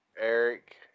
Eric